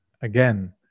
Again